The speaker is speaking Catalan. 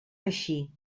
així